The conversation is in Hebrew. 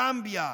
זמביה,